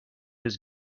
his